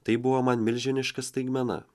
tai buvo man milžiniška staigmena